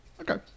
Okay